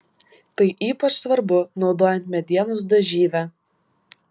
tai ypač svarbu naudojant medienos dažyvę